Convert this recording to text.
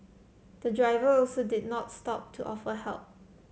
the driver also did not stop to offer help